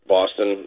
Boston